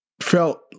felt